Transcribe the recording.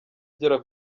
ugera